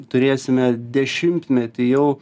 turėsime dešimtmetį jau